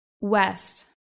west